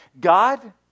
God